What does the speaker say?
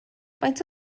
faint